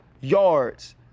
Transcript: yards